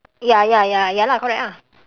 ya ya ya ya lah correct ah